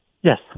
Yes